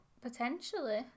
Potentially